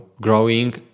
growing